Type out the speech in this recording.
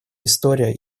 история